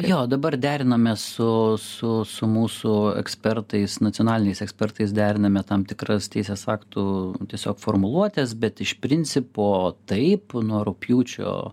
jo dabar derinamės su su su mūsų ekspertais nacionaliniais ekspertais deriname tam tikras teisės aktų tiesiog formuluotes bet iš principo taip nuo rugpjūčio